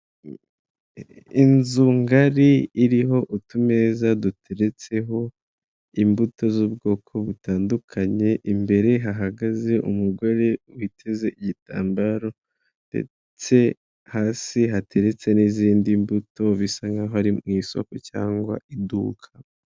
Inzu ngari iriho utumeza duteretseho imbuto z'ubwoko butandukanye, imbere hahagaze umugore witeze igitambaro ndetse hasi hateretse n'izindi mbuto bisa nk'aho ari mu isoko cyangwa iduka.